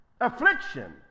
affliction